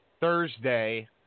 Thursday